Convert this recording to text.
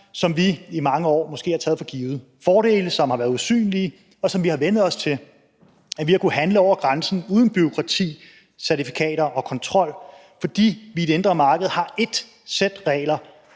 som vi i mange år måske har taget for givet, fordele, som har været usynlige, og som vi har vænnet os til: At vi har kunnet handle over grænsen uden bureaukrati, certifikater og kontrol, fordi vi i det indre marked har ét sæt regler,